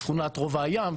שכונה רובע הים,